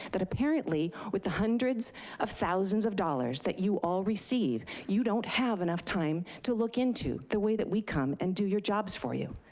apparently with the hundreds of thousands of dollars that you all receive, you don't have enough time to look into, the way that we come and do your jobs for you.